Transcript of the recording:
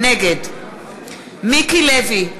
נגד מיקי לוי,